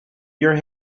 your